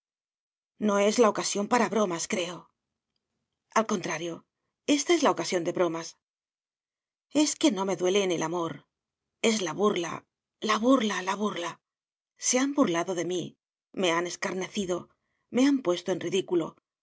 no es la ocasión para bromas creo al contrario ésta es la ocasión de bromas es que no me duele en el amor es la burla la burla la burla se han burlado de mí me han escarnecido me han puesto en ridículo